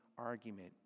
argument